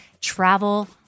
travel